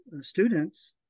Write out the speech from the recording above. students